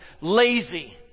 lazy